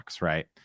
right